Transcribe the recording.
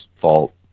fault